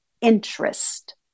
interest